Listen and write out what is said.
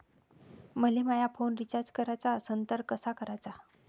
मले माया phone recharge कराचा असन तर कसा कराचा?